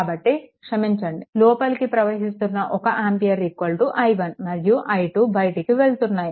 కాబట్టి క్షమించండి లోపటికి ప్రవహిస్తున్న 1 ఆంపియర్ i1 మరియు i2 బయటికి వెళ్తున్నాయి